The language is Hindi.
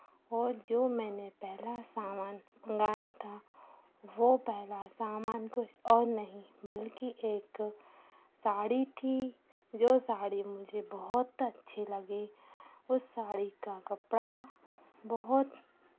और जो मैंने पहला सामान मंगाया था वो पहला सामान कोई और नहीं बल्कि एक साड़ी थी जो साड़ी मुझे बहुत अच्छी लगी उस साड़ी का कपड़ा बहुत